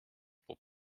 pour